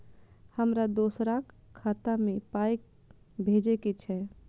हमरा दोसराक खाता मे पाय भेजे के छै?